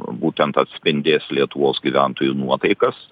būtent atspindės lietuvos gyventojų nuotaikas